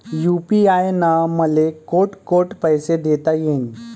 UPI न मले कोठ कोठ पैसे देता येईन?